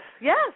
yes